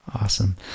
awesome